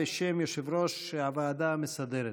בשם יושב-ראש הוועדה המסדרת.